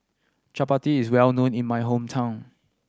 chappati is well known in my hometown